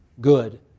good